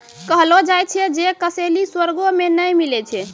कहलो जाय छै जे कसैली स्वर्गो मे नै मिलै छै